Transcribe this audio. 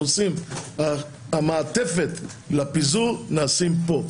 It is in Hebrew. המעטפת לפיזור נעשית פה,